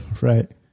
right